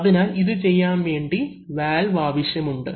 അതിനാൽ ഇത് ചെയ്യാൻ വേണ്ടി വാൽവ് ആവശ്യമുണ്ട്